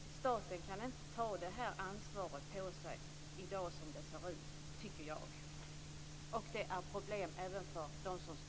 Staten kan inte ta det här ansvaret på sig i dag så som det ser ut, tycker jag. Det är problem även för dem som studerar.